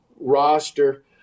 roster